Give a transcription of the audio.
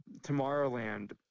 Tomorrowland